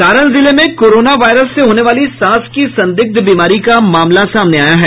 सारण जिले में corona virus से होने वाली सांस की संदिग्ध बीमारी का मामला सामने आया है